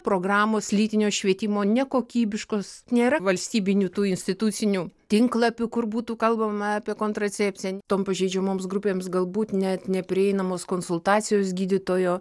programos lytinio švietimo nekokybiškos nėra valstybinių tų institucinių tinklapių kur būtų kalbama apie kontracepciją tom pažeidžiamoms grupėms galbūt net neprieinamos konsultacijos gydytojo